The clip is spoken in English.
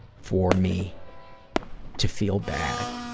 for me to feel bad,